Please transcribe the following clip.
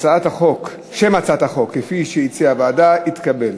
שם החוק כפי שהציעה הוועדה התקבל.